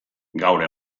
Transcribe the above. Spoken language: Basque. gaur